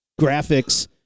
graphics